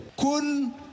kun